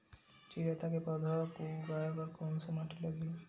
चिरैता के पौधा को उगाए बर कोन से माटी लगही?